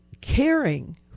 caring